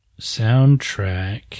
soundtrack